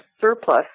surplus